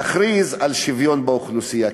להכריז על שוויון באוכלוסייה.